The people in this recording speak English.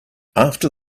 after